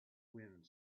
wind